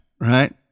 right